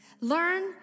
Learn